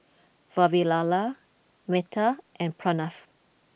Vavilala Medha and Pranav